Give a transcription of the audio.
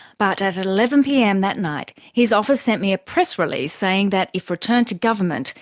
but at eleven pm that night, his office sent me a press release saying that, if returned to government,